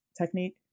technique